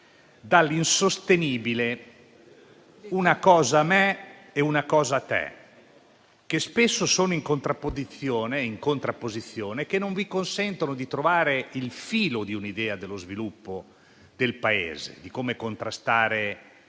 dall'insostenibile principio: una cosa a me, una cosa a te; cose che spesso, peraltro, sono in contrapposizione e che non vi consentono di trovare il filo di un'idea dello sviluppo del Paese, di come contrastare